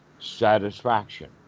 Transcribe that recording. satisfaction